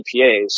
EPAs